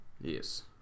Yes